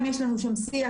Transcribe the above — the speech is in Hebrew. יש לנו שם שיח,